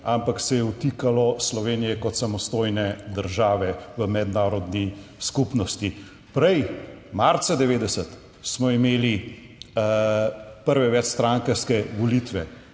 ampak se je dotikalo Slovenije kot samostojne države v mednarodni skupnosti. Prej, marca 1990, smo imeli prve večstrankarske volitve,